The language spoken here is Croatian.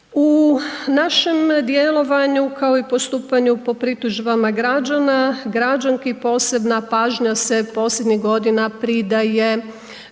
U našem djelovanju kao i postupanju po pritužbama građana i građanki, posebna pažnja se posljednjih godina pridaje žrtvama